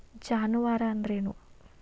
ಜಾನುವಾರು ಅಂದ್ರೇನು?